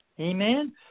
Amen